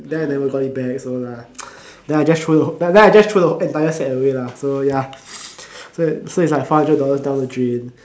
then I never got it back also lah then I just throw then I just throw the entire set away lah so ya so so it's like four hundred dollars down the drain